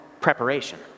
preparation